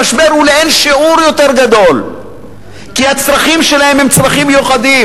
המשבר הוא לאין שיעור יותר גדול כי הצרכים שלהם הם צרכים מיוחדים.